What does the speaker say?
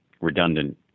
redundant